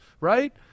right